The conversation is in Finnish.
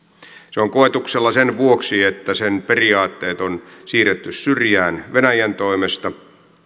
se on koetuksella sen vuoksi että sen periaatteet on siirretty syrjään venäjän toimesta